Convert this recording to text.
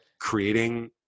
creating